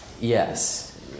yes